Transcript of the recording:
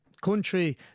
country